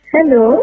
Hello